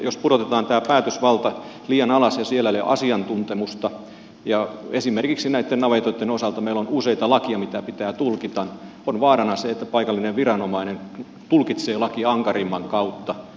jos pudotetaan tämä päätösvalta liian alas ja siellä ei ole asiantuntemusta ja esimerkiksi näitten navetoitten osalta meillä on useita lakeja mitä pitää tulkita on vaarana se että paikallinen viranomainen tulkitsee lakia ankarimman kautta